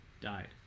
died